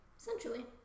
Essentially